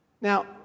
Now